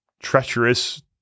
treacherous